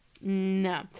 No